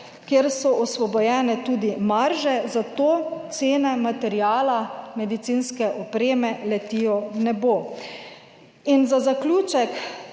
kjer so osvobojene tudi marže, zato cene materiala, medicinske opreme letijo v nebo. In za zaključek